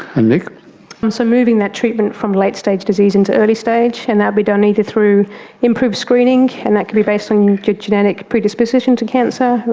and so moving that treatment from late-stage disease into early-stage, and that will be done either through improved screening and that could be based on genetic predisposition to cancer,